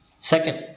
Second